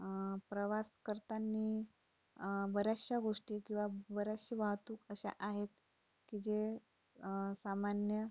प्रवास करतानी बऱ्याचशा गोष्टी किंवा बऱ्याचशा वाहतूक अशा आहेत की जे सामान्य